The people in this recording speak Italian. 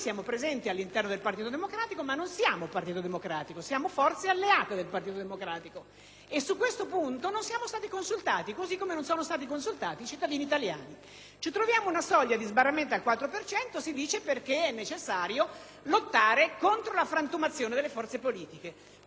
e su questo punto non siamo stati consultati, così come non lo sono stati i cittadini italiani. Ci troviamo una soglia di sbarramento al quattro per cento, si dice, perché è necessario lottare contro la frantumazione delle forze politiche e si confonde pluralismo con frantumazione.